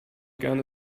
gerne